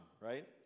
right